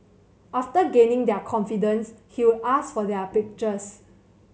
after gaining their confidence he would ask for their pictures